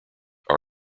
are